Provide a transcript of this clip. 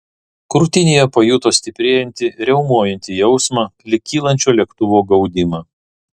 krūtinėje pajuto stiprėjantį riaumojantį jausmą lyg kylančio lėktuvo gaudimą